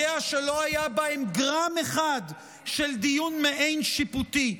שלא היה בהם גרם אחד של דיון מעין-שיפוטי.